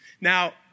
Now